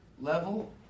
level